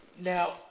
Now